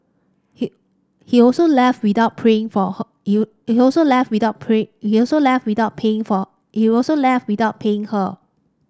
he he also left without playing for her you he also left without play he also left without paying for he also left without paying her